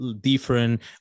different